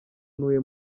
ntuye